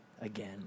again